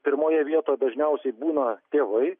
pirmoje vietoje dažniausiai būna tėvai